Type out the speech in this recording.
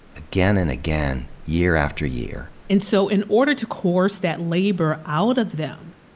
again and again, year after year. and so, in order to coerce that labor out of them,